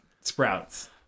sprouts